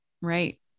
Right